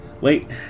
wait